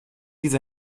diese